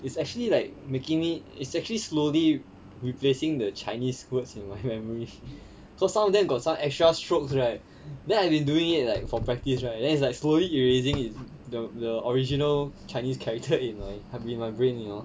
it's actually like making it it's actually slowly replacing the chinese words in my memory so some of them got some extra strokes right then I've been doing it like for practice right then it's like slowly erasing it the the original chinese character in my have been my brain you know